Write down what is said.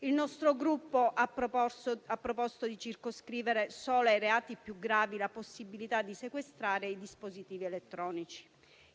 Il nostro Gruppo ha proposto di circoscrivere solo ai reati più gravi la possibilità di sequestrare i dispositivi elettronici.